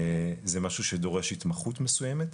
זה משהו שדורש התמחות מסוימת.